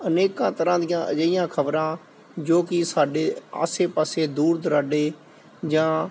ਅਨੇਕਾਂ ਤਰ੍ਹਾਂ ਦੀਆਂ ਅਜਿਹੀਆਂ ਖਬਰਾਂ ਜੋ ਕਿ ਸਾਡੇ ਆਸੇ ਪਾਸੇ ਦੂਰ ਦੁਰਾਡੇ ਜਾਂ